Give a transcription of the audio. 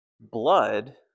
Blood